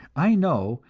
i know,